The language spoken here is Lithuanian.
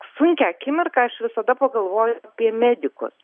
sunkią akimirką aš visada pagalvoju apie medikus